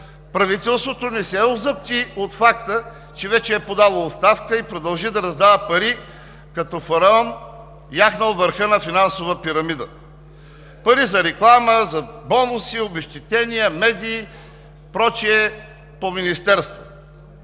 Правителството не се озапти от факта, че вече е подало оставка, и продължи да раздава пари като фараон, яхнал върха на финансова пирамида. Пари за реклама, бонуси, обезщетения, медии и прочие по министерствата.